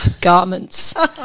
garments